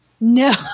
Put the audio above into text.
No